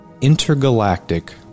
Intergalactic